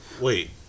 Wait